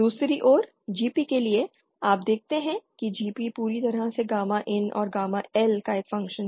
दूसरी ओर GP के लिए आप देखते हैं कि GP पूरी तरह से गामा IN और गामा L का एक फ़ंक्शन है